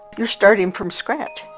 you're starting from scratch.